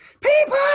People